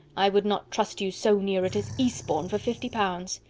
i would not trust you so near it as eastbourne for fifty pounds!